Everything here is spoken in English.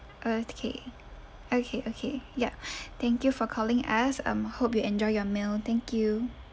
okay okay okay yup thank you for calling is um hope you enjoy your meal thank you